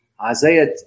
Isaiah